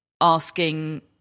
asking